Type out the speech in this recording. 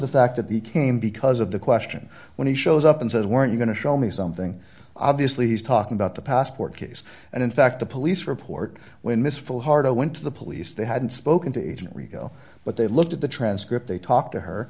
the fact that the came because of the question when he shows up and says weren't you going to show me something obviously he's talking about the passport case and in fact the police report when this full hard i went to the police they hadn't spoken to agent rigo but they looked at the transcript they talked to her